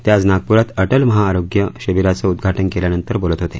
ते आज नागपुरात अटल महाआरो य शिबिराचं उ ाटन के यानंतर बोलत होते